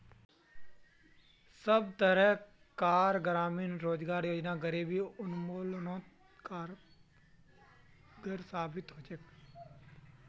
सब तरह कार ग्रामीण रोजगार योजना गरीबी उन्मुलानोत कारगर साबित होछे